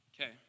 Okay